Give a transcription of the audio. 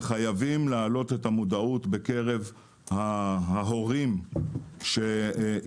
וחייבים להעלות את המודעות בקרב ההורים שאי